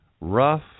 rough